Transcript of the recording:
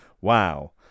Wow